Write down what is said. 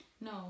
no